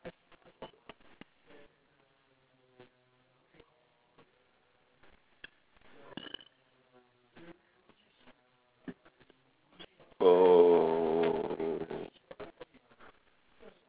oh